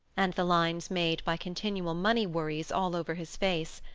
and the lines made by continual money worries all over his face,